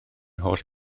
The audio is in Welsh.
holl